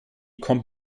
kommt